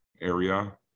area